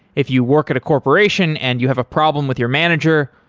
if you work at a corporation and you have a problem with your manager,